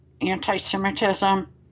Anti-Semitism